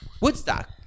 Woodstock